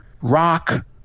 rock